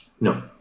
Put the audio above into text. No